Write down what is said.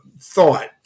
thought